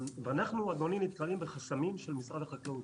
אנחנו נתקלים בחסמים של משרד החקלאות.